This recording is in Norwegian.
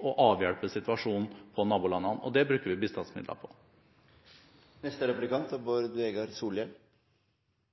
å avhjelpe situasjonen i Syrias naboland. Og det bruker vi